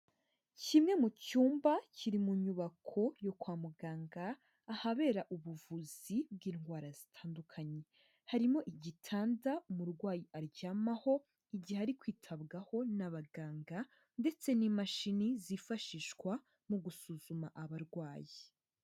Kimwe mu cyumba, kiri mu nyubako yo kwa muganga, ahabera ubuvuzi bw'indwara zitandukanye; harimo igitanda umurwayi aryamaho, igihe ari kwitabwaho n'abaganga, ndetse n'imashini zifashishwa mu gusuzuma abarwayi.